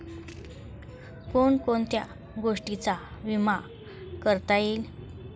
कोण कोणत्या गोष्टींचा विमा करता येईल?